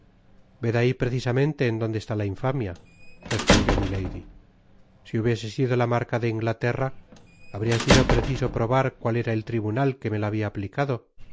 ved ahi precisamente en donde está la infamia respondió milady si hubiese sido la marca de inglaterra habria sido preciso probar cual era el tribunal que me la habia aplicado